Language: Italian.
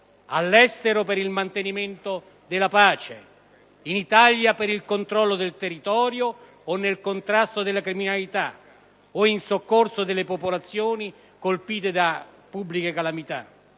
all'estero per il mantenimento della pace, in Italia per il controllo del territorio o nel contrasto alla criminalità o in soccorso delle popolazioni colpite da pubbliche calamità,